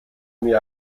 mir